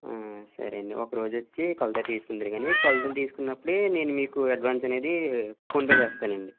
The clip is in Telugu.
సరే అండి ఒక రోజు వచ్చి కొలతలు తీసుకుందురుగానీ కొలతలు తీసుకున్నప్పుడే నేను మీకు అడ్వాన్స్ అనేది ఫోన్పే చేస్తానండి